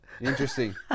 Interesting